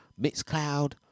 Mixcloud